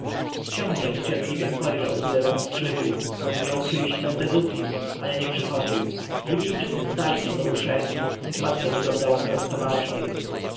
książę niecierpliwie spojrzał ku lewemu skrzydłu skąd miał przyjść mentezufis lecz nie przychodził libijczycy stali nieporuszeni sytuacja wyglądała coraz poważniej